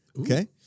Okay